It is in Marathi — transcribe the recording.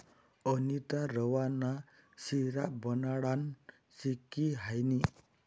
अनीता रवा ना शिरा बनाडानं शिकी हायनी